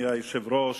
אדוני היושב-ראש,